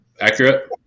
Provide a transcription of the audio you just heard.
accurate